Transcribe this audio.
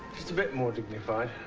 a bit more dignified.